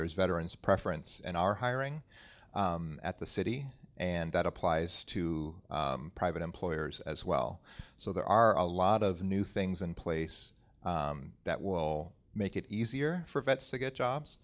there is veteran's preference and our hiring at the city and that applies to private employers as well so there are a lot of new things in place that will make it easier for vets to get jobs